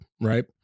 right